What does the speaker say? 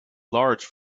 large